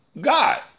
God